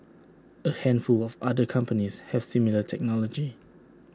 A handful of other companies has similar technology